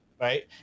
right